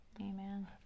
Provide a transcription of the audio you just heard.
Amen